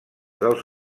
dels